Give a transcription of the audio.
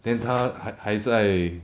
then 他还还在